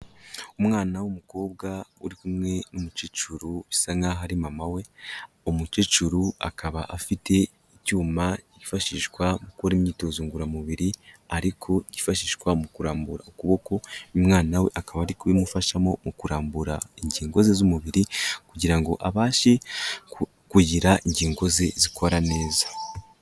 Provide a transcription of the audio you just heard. Umwana w'umukobwa uri kumwe n'umukecuru bisa nkaho ari mama we, umukecuru akaba afite icyuma cyifashishwa mu gukora imyitozo ngororamubiri ariko cyifashishwa mu kurambura ukuboko, umwana we akaba ari kubimufashamo mu kurambura ingingo ze z'umubiri, kugira ngo abashe kugira ingingo ze zikora neza.